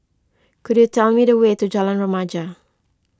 could you tell me the way to Jalan Remaja